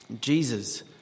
Jesus